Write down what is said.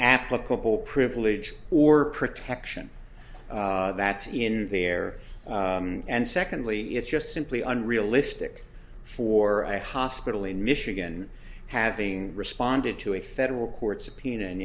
applicable privilege or protection that's in there and secondly it's just simply unrealistic for a hospital in michigan having responded to a federal court subpoena in